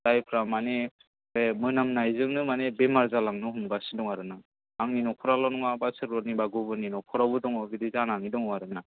जायफ्रा माने बे मोनामनायजोंनो माने बेमार जालांनो हमगासिनो दं आरो ना आंनि न'खरावल' नङा बा सोरनिबा गुबुननि न'खरावबो दङ बिदि जानानै दङ आरो ना